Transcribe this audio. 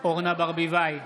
אורנה ברביבאי,